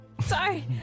Sorry